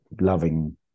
loving